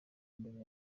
mbere